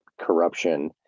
Corruption